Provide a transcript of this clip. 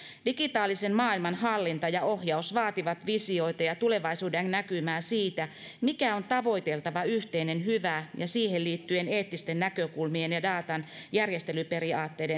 digitaalisen maailman hallinta ja ohjaus vaativat visioita ja tulevaisuudennäkymää siitä mikä on tavoiteltava yhteinen hyvä ja siihen liittyen eettisten näkökulmien ja datan järjestelyperiaatteita